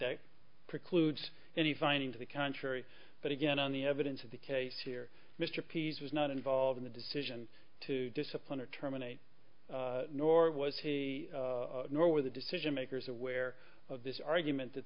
that precludes any finding to the contrary but again on the evidence of the case here mr pease was not involved in the decision to discipline or terminate nor was he nor were the decision makers aware of this argument that